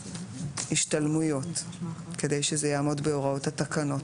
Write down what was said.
השתלמויות כדי שזה יעמוד בהוראות התקנות.